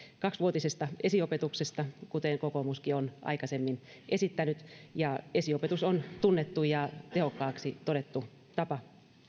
kaksivuotisesta esiopetuksesta kuten kokoomuskin on aikaisemmin esittänyt esiopetus on tunnettu ja tehokkaaksi todettu tapa